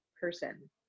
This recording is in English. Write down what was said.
person